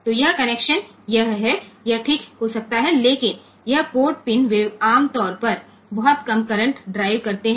તો આ જોડાણ સારું હોઈ શકે છે પરંતુ આ પોર્ટ પિન સામાન્ય રીતે ખૂબ ઓછો વિદ્યુત પ્રવાહ ચલાવે છે